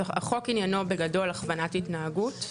החוק עניינו בגדול הכוונת התנהגות.